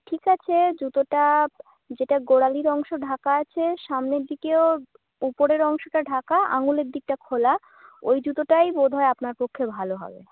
ঠিক আছে জুতোটা যেটা গোড়ালির অংশ ঢাকা আছে সামনের দিকেও উপরের অংশটা ঢাকা আঙুলের দিকটা খোলা ওই জুতোটাই বোধহয় আপনার পক্ষে ভালো হবে